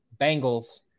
Bengals